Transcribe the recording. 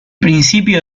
principio